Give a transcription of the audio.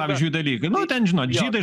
pavyzdžiui dalykai nu ten žinot žydai